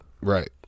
Right